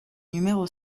numéro